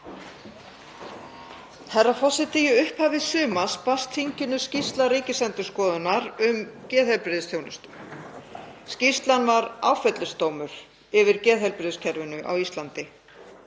Herra forseti. Í upphafi sumars barst þinginu skýrsla Ríkisendurskoðunar um geðheilbrigðisþjónustu. Skýrslan var áfellisdómur yfir geðheilbrigðiskerfinu á Íslandi